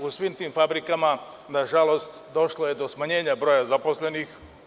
U svim tim fabrikama nažalost došlo je do smanjenja broja zaposlenih.